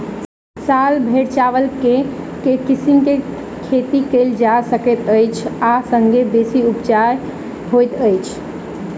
साल भैर चावल केँ के किसिम केँ खेती कैल जाय सकैत अछि आ संगे बेसी उपजाउ होइत अछि?